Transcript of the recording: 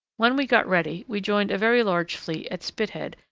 when we got ready, we joined a very large fleet at spithead,